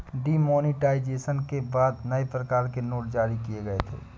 demonetisation के बाद नए प्रकार के नोट जारी किए गए थे